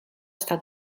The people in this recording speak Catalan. està